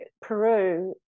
Peru